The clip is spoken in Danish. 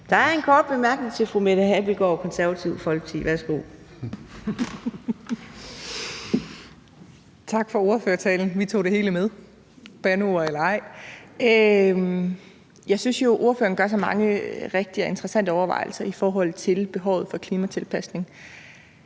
Der er en kort bemærkning til fru Mette Abildgaard, Det Konservative Folkeparti. Værsgo. Kl. 10:03 Mette Abildgaard (KF): Tak for ordførertalen, og vi tog det hele med, bandeord eller ej. Jeg synes jo, ordføreren gør sig mange rigtige og interessante overvejelser i forhold til behovet for en klimatilpasning.